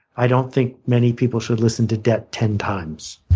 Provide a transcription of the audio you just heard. i don't think many people should listen to debt ten times.